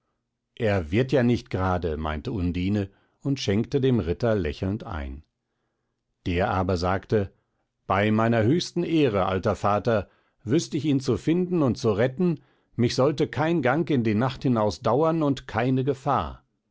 er wird ja nicht grade meinte undine und schenkte dem ritter lächelnd ein der aber sagte bei meiner höchsten ehre alter vater wüßt ich ihn zu finden und zu retten mich sollte kein gang in die nacht hinaus dauern und keine gefahr